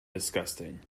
disgusting